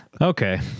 okay